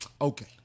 Okay